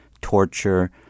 torture